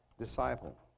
disciple